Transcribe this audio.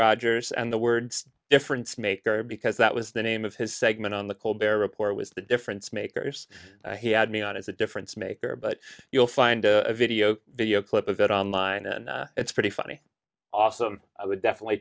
rogers and the words difference maker because that was the name of his segment on the colbert report was the difference makers he had me on as a difference maker but you'll find a video video clip of it online and it's pretty funny awesome i would definitely